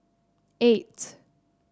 eight